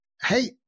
Hey